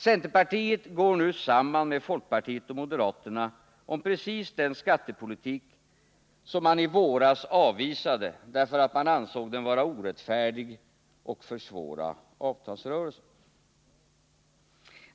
Centerpartiet går nu samman med folkpartiet och moderaterna - om precis den skattepolitik som man i våras avvisade därför att man ansåg den vara orättfärdig och försvårande för avtalsrörelsen.